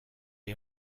est